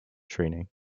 training